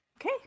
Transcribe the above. Okay